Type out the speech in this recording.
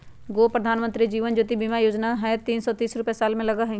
गो प्रधानमंत्री जीवन ज्योति बीमा योजना है तीन सौ तीस रुपए साल में लगहई?